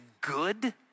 good